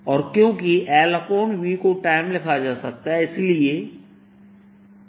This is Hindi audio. और क्योंकि Lv को टाइम लिखा जा सकता है इसलिए qAFt प्राप्त होता है